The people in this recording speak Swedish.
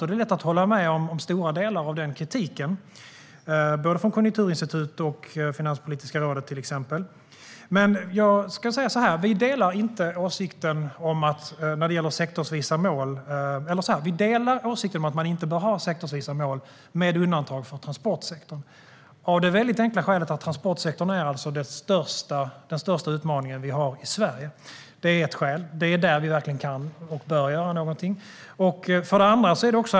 Det är lätt att hålla med om stora delar av kritiken från både Konjunkturinstitutet och Finanspolitiska rådet, till exempel. Men jag ska säga så här: Vi delar åsikten att man inte bör ha sektorsvisa mål. Transportsektorn är ett undantag, av det väldigt enkla skälet att transportsektorn är den största utmaning vi har i Sverige. Det är ett skäl. Det är där vi verkligen kan och bör göra någonting.